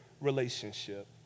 relationship